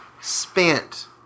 spent